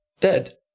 dead